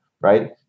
right